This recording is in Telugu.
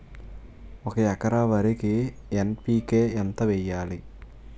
ఒక ఎకర వరికి ఎన్.పి కే ఎంత వేయాలి?